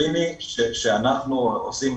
תביני שכולם עושים